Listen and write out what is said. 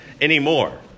anymore